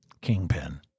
Kingpin